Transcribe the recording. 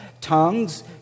tongues